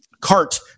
cart